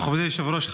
מכובדי היושב-ראש,